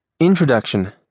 Introduction